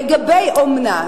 לגבי אומנה,